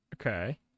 Okay